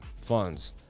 funds